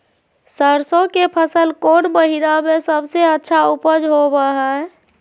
सरसों के फसल कौन महीना में सबसे अच्छा उपज होबो हय?